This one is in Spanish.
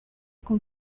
con